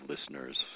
listeners